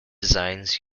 designs